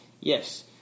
Yes